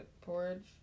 porridge